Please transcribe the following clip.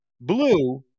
blue